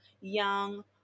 young